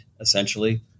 essentially